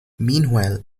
meanwhile